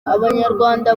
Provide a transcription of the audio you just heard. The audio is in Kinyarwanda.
abanyarwanda